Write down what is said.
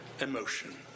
emotion